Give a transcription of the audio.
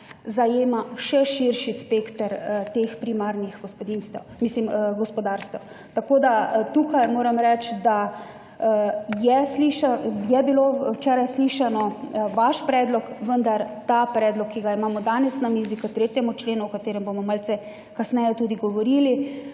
zajema še širši spekter teh primarnih gospodarstev. Tako da tukaj moram reči, da je bilo včeraj slišan vaš predlog. Vendar ta predlog, ki ga imamo danes na mizi k 3. členu, o katerem bomo malce kasneje tudi govorili,